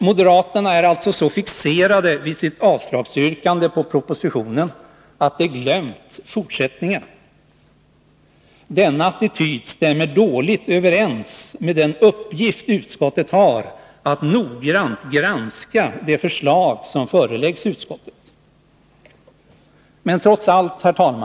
Moderaterna är så fixerade vid sitt yrkande om avslag på propositionen att de glömt fortsättningen. Denna attityd stämmer dåligt överens med den uppgift utskottet har att noggrant granska de förslag som föreläggs utskottet.